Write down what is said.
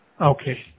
Okay